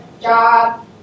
job